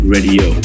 Radio